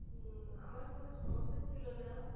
আমার কোনো সামর্থ্য ছিল না